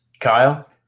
Kyle